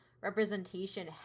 representation